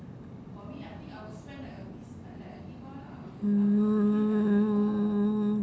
mm